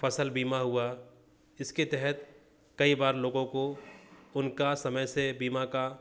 फ़सल बीमा हुआ इसके तहत कई बार लोगों को उनका समय से बीमा का